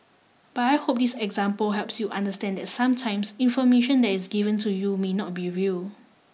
but I hope this example helps you understand that sometimes information that is given to you may not be real